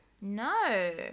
No